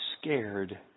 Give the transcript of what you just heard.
scared